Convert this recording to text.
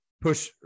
Push